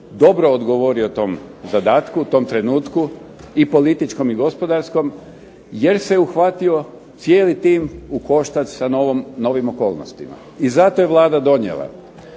dobro odgovorio tom zadatku u tom trenutku i političkom i gospodarskom jer se uhvatio cijeli tim u koštac sa novim okolnostima. I zato je Vlada donijela